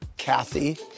Kathy